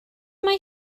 mae